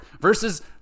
versus